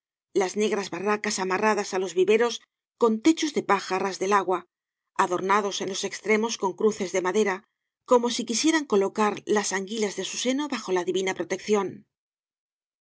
las negras barcas amarradas á los viveros con techos de paja á ras del agua adornados en los extremos con cruces de madera como si quisieran colocar las anguilas de su seno bajo la divina protección